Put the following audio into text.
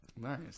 nice